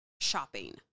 shopping